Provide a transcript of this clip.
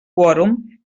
quòrum